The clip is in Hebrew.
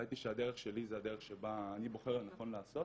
ראיתי שהדרך שלי זו הדרך שבה אני בוחר לנכון לעשות